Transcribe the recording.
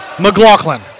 McLaughlin